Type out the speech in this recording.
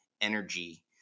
energy